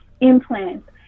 implants